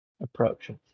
approaches